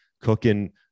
cooking